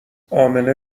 امنه